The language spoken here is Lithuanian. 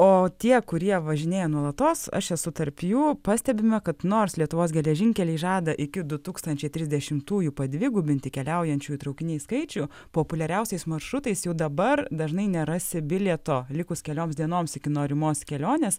o tie kurie važinėja nuolatos aš esu tarp jų pastebime kad nors lietuvos geležinkeliai žada iki du tūkstančiai trisdešimtųjų padvigubinti keliaujančiųjų traukiniais skaičių populiariausiais maršrutais jau dabar dažnai nerasi bilieto likus kelioms dienoms iki norimos kelionės